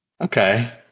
Okay